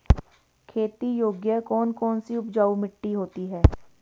खेती योग्य कौन कौन सी उपजाऊ मिट्टी होती है?